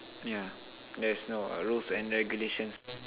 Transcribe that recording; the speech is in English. yeah there is no rules and regulations